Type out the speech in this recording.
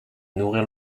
nourrir